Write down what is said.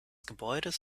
gebäudes